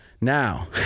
Now